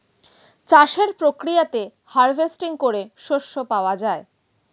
চাষের প্রক্রিয়াতে হার্ভেস্টিং করে শস্য পাওয়া যায়